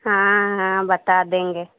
हाँ हाँ बता देंगे